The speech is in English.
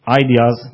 ideas